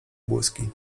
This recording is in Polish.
błyski